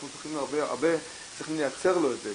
אנחנו צריכים לייצר לו את זה.